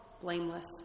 blameless